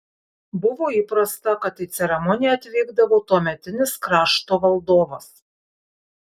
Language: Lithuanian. buvo įprasta kad į ceremoniją atvykdavo tuometinis krašto valdovas